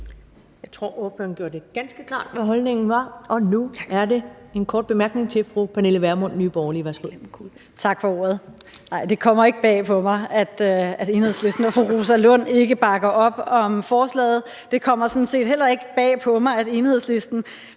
Jeg tror, ordføreren gjorde det ganske klart, hvad holdningen var, og nu er der en kort bemærkning til fru Pernille Vermund, Nye Borgerlige. Værsgo. Kl. 14:41 Pernille Vermund (NB): Tak for ordet. Nej, det kommer ikke bag på mig, at Enhedslisten og fru Rosa Lund ikke bakker op om forslaget. Det kommer sådan set heller ikke bag på mig, at Enhedslisten